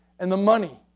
and the money,